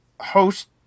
host